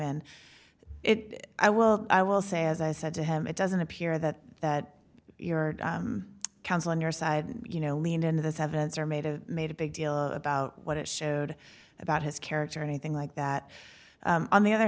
in it i will i will say as i said to him it doesn't appear that that your counsel on your side you know leaned into this evidence or made a made a big deal about what it showed about his character or anything like that on the other